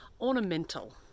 ornamental